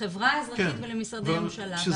לחברה האזרחית ולמשרדי הממשלה.